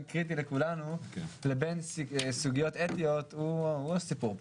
קריטי לכולנו לבין סוגיות אתיות הוא הסיפור פה.